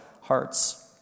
hearts